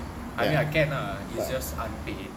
I mean I can ah but it's just unpaid